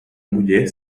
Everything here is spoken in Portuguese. mulher